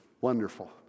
wonderful